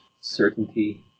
certainty